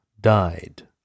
died